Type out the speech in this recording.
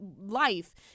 life